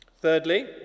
Thirdly